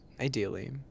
Ideally